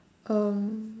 um